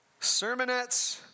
sermonettes